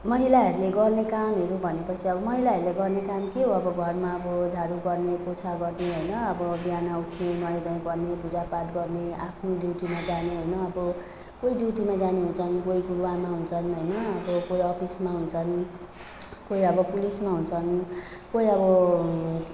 महिलाहरूले गर्ने कामहरू भनेपछि अब महिलाहरूले गर्ने काम के हो त घरमा अब झाडु गर्ने पोछा गर्ने होइन अब बिहान उठ्ने नुहाइधुवाइ गर्ने पूजापाठ गर्ने आफ्नो ड्युटीमा जाने होइन अब कोही ड्युटीमा जाने हुन्छन् कोही गुरुआमा हुन्छन् होइन अब कोही अफिसमा हुन्छन् कोही अब पुलिसमा हुन्छन् कोही अब